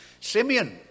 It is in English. Simeon